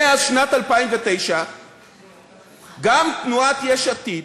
מאז שנת 2009 גם תנועת יש עתיד,